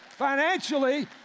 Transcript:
financially